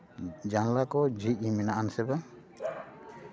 ᱡᱟᱱᱞᱟ ᱠᱚ ᱡᱷᱤᱡ ᱢᱮᱱᱟᱜᱼᱟ ᱥᱮ ᱵᱟᱝ